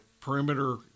perimeter